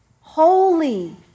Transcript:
holy